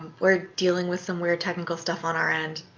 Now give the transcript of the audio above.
we're dealing with some weird technical stuff on our end